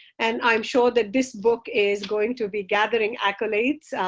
and i'm sure that this book is going to be gathering accolades.